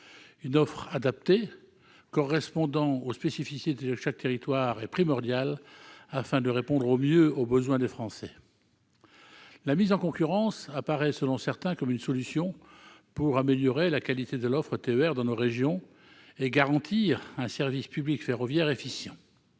Une offre adaptée correspondant aux spécificités de chaque territoire est primordiale afin de répondre au mieux aux besoins des Français. La mise en concurrence apparaît, selon certains, comme une solution pour améliorer la qualité de l'offre TER dans nos régions, et garantir un service public ferroviaire efficient.